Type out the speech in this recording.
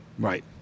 Right